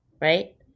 right